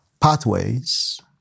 pathways